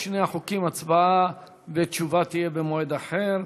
על שני החוקים הצבעה ותשובה יהיו במועד אחר.